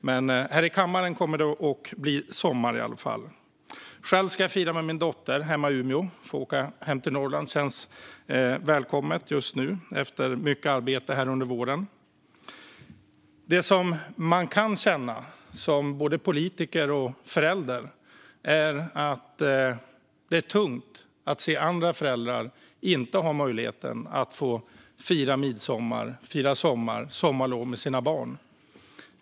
Men här i kammaren kommer det i alla fall att bli sommar. Själv ska jag fira med min dotter hemma i Umeå, och att få åka hem till Norrland känns välkommet efter mycket arbete under våren. Det man kan känna som både politiker och förälder är att det är tungt att se hur andra föräldrar inte har möjligheten att fira midsommar, sommar och sommarlov med sina barn.